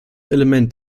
element